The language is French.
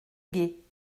guet